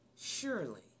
surely